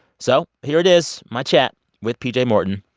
so here it is my chat with pj morton,